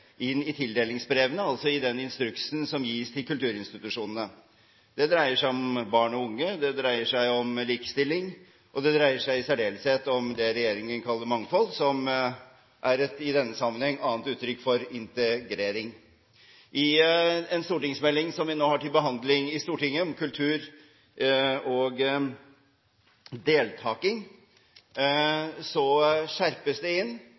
i tildelingsbrevene, altså i den instruksen som gis til kulturinstitusjonene. Det dreier seg om barn og unge, det dreier seg om likestilling, og det dreier seg i særdeleshet om det regjeringen kaller mangfold, som i denne sammenheng er et annet uttrykk for integrering. I en stortingsmelding som vi nå har til behandling i Stortinget, om kultur, inkludering og deltaking, skjerpes det inn